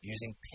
using